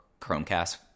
Chromecast